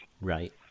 Right